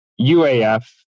UAF